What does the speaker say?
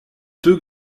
deux